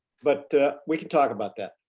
but we can talk about that.